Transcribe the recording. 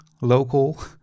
local